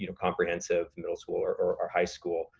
you know comprehensive middle school or or high school.